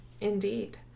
Indeed